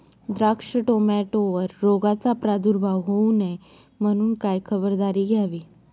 द्राक्ष, टोमॅटोवर रोगाचा प्रादुर्भाव होऊ नये म्हणून काय खबरदारी घ्यावी?